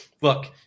look